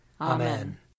Amen